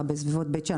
בסביבות בית שאן,